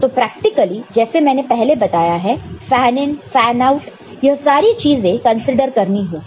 तो प्रैक्टिकली जैसे मैंने पहले बताया था फैन इन फैन आउट यह सारी चीजें कंसीडर करनी होगी